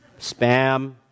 spam